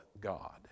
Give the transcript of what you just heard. God